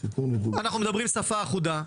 אנחנו מדברים שפה אחודה.